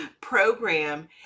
program